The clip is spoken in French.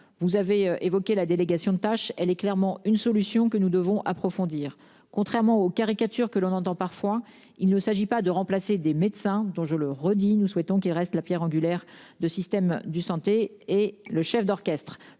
Vous avez évoqué la délégation de tâches, elle est clairement une solution que nous devons approfondir contrairement aux caricatures que l'on entend parfois. Il ne s'agit pas de remplacer des médecins dont, je le redis, nous souhaitons qu'il reste la Pierre angulaire de système de santé et le chef d'orchestre